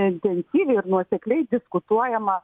intensyviai ir nuosekliai diskutuojama